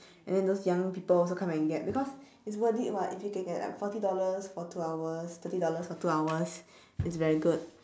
and then those young people also come and get because it's worth it [what] if you can get like forty dollars for two hours thirty dollars for two hours it's very good